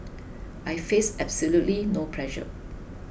I face absolutely no pressure